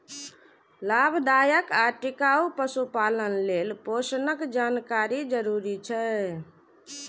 लाभदायक आ टिकाउ पशुपालन लेल पोषणक जानकारी जरूरी छै